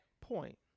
point